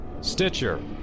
Stitcher